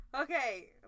Okay